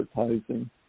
advertising